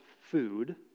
food